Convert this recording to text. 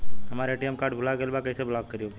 हमार ATM card भूला गईल बा कईसे ब्लॉक करी ओके?